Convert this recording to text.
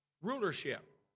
rulership